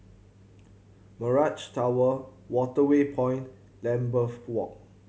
Mirage Tower Waterway Point Lambeth Walk